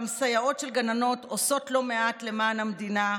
גם סייעות לגננות עושות לא מעט למען המדינה.